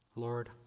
Lord